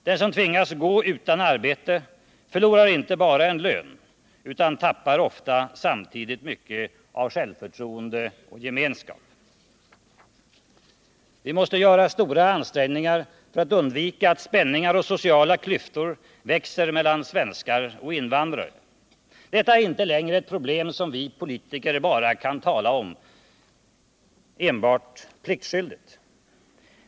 Den som tvingas gå utan arbete förlorar inte bara en lön utan tappar ofta samtidigt mycket av självförtroende och gemenskap. Vi måste göra stora ansträngningar för att undvika att spänningar och sociala klyftor växer mellan svenskar och invandrare. Detta är inte längre ett problem som vi politiker kan tala enbart pliktskyldigt om.